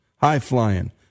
High-flying